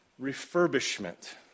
refurbishment